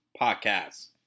podcast